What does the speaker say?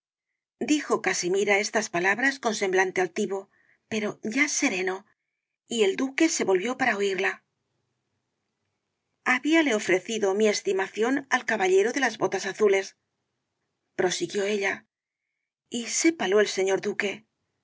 dijo casimira estas palabras con semblante altivo pero ya sereno y el duque se volvió para oiría habíale ofrecido mi estimación al caballero de las botas azulesprosiguió ella y sépalo el señor duque